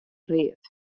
read